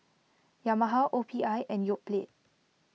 Yamaha O P I and Yoplait